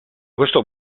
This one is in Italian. questo